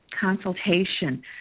consultation